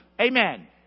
Amen